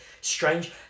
strange